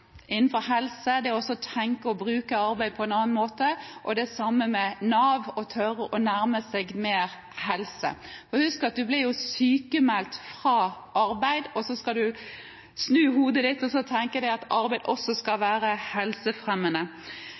bruke arbeid på en annen måte, og det samme med Nav – å tørre å nærme seg helse mer? Man blir sykmeldt fra arbeid, og så skal man snu hodet og tenke at arbeid også skal være helsefremmende.